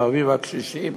הערבים והקשישים